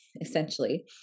essentially